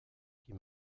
die